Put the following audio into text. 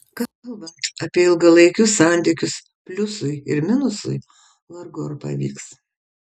kalbant apie ilgalaikius santykius pliusui ir minusui vargu ar pavyks